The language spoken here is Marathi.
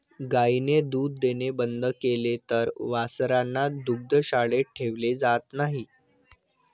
गायीने दूध देणे बंद केले तर वासरांना दुग्धशाळेत ठेवले जात नाही